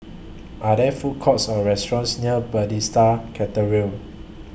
Are There Food Courts Or restaurants near Bethesda Cathedral